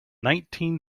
nineteen